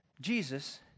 Jesus